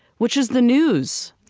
which is the news,